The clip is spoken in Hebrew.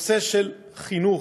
נושא של חינוך.